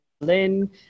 Berlin